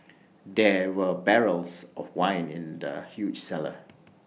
there were barrels of wine in the huge cellar